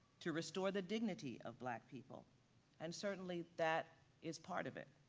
to restore the dignity of black people and certainly that is part of it.